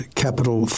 capital